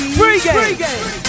pregame